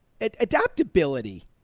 adaptability